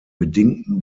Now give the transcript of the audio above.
bedingten